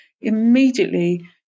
immediately